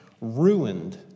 ruined